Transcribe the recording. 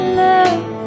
love